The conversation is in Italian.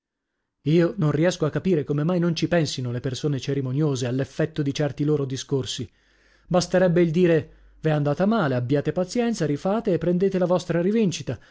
io non riesco a capire come mai non ci pensino le persone cerimoniose all'effetto di certi loro discorsi basterebbe il dire v'e andata male abbiate pazienza rifate e prendete la vostra rivincita